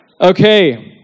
Okay